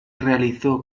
realizó